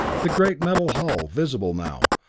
the great metal hull, visible now,